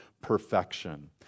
perfection